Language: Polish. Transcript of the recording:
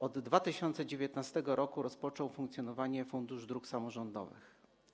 Od 2019 r. rozpoczął funkcjonowanie Fundusz Dróg Samorządowych.